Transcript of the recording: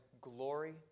glory